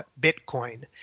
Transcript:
Bitcoin